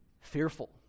fearful